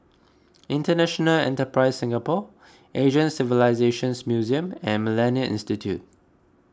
International Enterprise Singapore Asian Civilisations Museum and Millennia Institute